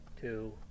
two